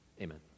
Amen